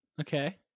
okay